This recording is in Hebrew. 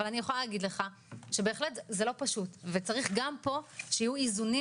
אבל אני יכולה להגיד לך שבהחלט זה לא פשוט וצריך גם פה שיהיו איזונים